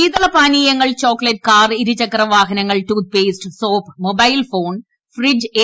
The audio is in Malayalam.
ശീതളപാനീയങ്ങൾ ചോക്ലേറ്റ് കാർ ഇരുചക്രവാഹനങ്ങൾ toothpaste soap mobile phone fridge A